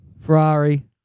Ferrari